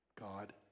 God